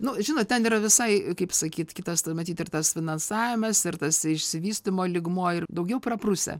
nu žinot ten yra visai kaip sakyt kitas tą matyt ir tas finansavimas ir tas išsivystymo lygmuo ir daugiau praprusę